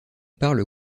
parle